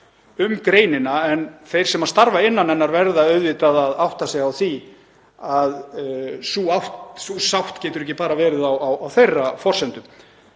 um greinina en þeir sem starfa innan hennar verða auðvitað að átta sig á því að sú sátt getur ekki bara verið á þeirra forsendum.